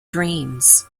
dreams